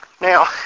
now